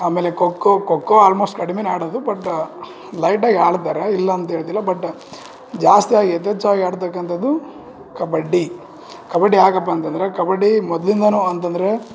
ಆಮೇಲೆ ಖೋ ಖೋ ಖೋ ಖೋ ಆಲ್ಮೋಸ್ಟ್ ಕಡಿಮೆನೇ ಆಡೋದು ಬಟ್ಟ ಲೈಟಾಗಿ ಆಡ್ತಾರೆ ಇಲ್ಲ ಅಂತ ಹೇಳ್ತಿಲ್ಲ ಬಟ್ಟ ಜಾಸ್ತಿಯಾಗಿ ಯಥೇಚ್ಛವಾಗಿ ಆಡ್ತಕ್ಕಂಥದ್ದು ಕಬಡ್ಡಿ ಕಬಡ್ಡಿ ಯಾಕಪ್ಪ ಅಂತಂದರೆ ಕಬಡ್ಡಿ ಮೊದಲಿಂದಾನೂ ಅಂತಂದರೆ